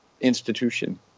institution